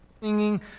singing